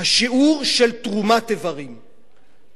השיעור של תרומת איברים,